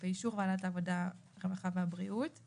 אני